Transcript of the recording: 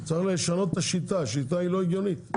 צריך לשנות את השיטה, השיטה היא לא הגיונית.